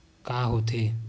का होथे?